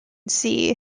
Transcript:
sea